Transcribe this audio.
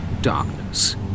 darkness